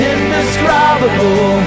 Indescribable